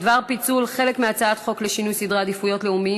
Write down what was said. בדבר פיצול חלק מהצעת חוק לשינוי סדרי עדיפויות לאומיים